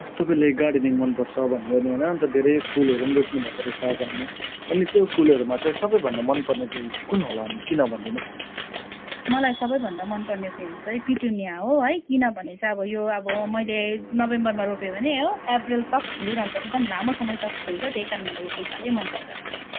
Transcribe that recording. तपाईँले गार्डनिङ मन पर्छ भन्नु भयो अन्त धेरै फुलहरू रोप्नु भएको रहेछ आँगनमा अनि त्यो फुलहरूमा चाहिँ सबैभन्दा मन पर्ने चाहिँ कुन होला अनि किन भनिदिनु होस् न मलाई सबैभन्दा मन पर्ने फुल चाहिँ पिटोनिया हो है किनभने चाहिँ अब यो अब मैले नोभेम्बरमा रोप्यो भने हो अप्रिल तक फुलिरहन्छ एकदम लामो तक फुल्छ त्यही कारण मलाई यो फुल साह्रै मन पर्छ